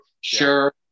sure